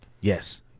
Yes